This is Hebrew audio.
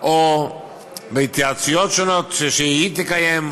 או בהתייעצויות שונות שהיא תקיים,